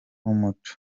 n’umuco